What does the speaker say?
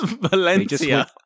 Valencia